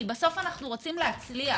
כי בסוף אנחנו רוצים להצליח.